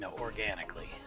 organically